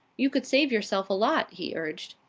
you could save yourself a lot, he urged.